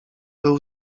był